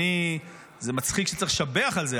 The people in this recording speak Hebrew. זה מצחיק שצריך לשבח על זה,